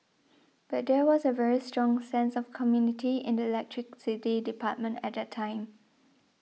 but there was a very strong sense of community in the electricity department at that time